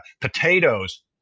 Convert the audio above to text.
potatoes